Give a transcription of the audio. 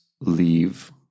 leave